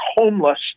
homeless